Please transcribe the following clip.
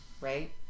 right